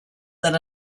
that